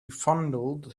fondled